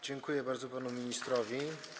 Dziękuję bardzo panu ministrowi.